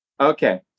Okay